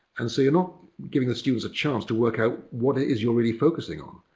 and so you're not giving the students a chance to work out what it is you're really focusing on.